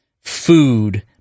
food